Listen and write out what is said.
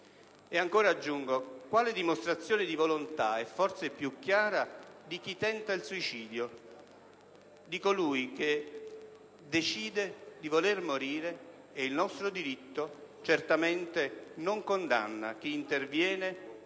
E ancora, aggiungo, quale dimostrazione di volontà è forse più chiara di chi tenta il suicidio, di colui che decide di voler morire? E il nostro diritto certamente non condanna chi interviene,